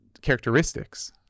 characteristics